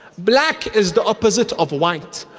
black is the opposite of white,